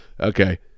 Okay